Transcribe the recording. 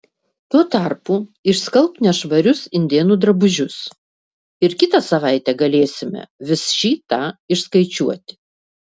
tuo tarpu išskalbk nešvarius indėnų drabužius ir kitą savaitę galėsime vis šį tą išskaičiuoti